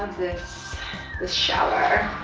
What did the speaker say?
this this shower.